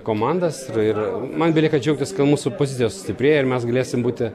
komandas ir man belieka džiaugtis kad mūsų pozicijos stiprėja ir mes galėsim būti